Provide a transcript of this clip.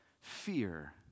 fear